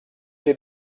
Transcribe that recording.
des